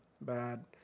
bad